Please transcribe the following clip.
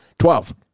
Twelve